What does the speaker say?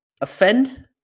Offend